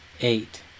Eight